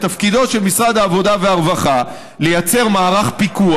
תפקידו של משרד העבודה והרווחה לייצר מערך פיקוח,